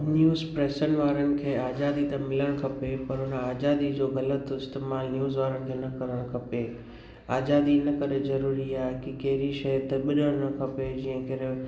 news प्रेसनि वारनि खे आज़ादी त मिलणु खपे पर उन आज़ादी जो ग़लति इस्तेमाल न्यूज़ वारनि खे न करणु खपे आज़ादी इन करे ज़रूरी आहे कि कहिड़ी शइ दॿॼण न खपे जीअं केर